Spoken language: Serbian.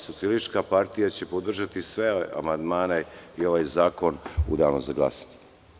Socijalistička partija će podržati sve amandmane i ovaj zakon u danu za glasanje.